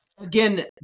again